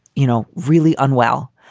you know, really unwell.